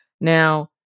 Now